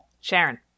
Sharon